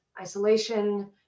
isolation